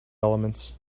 elements